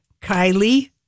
Kylie